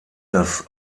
das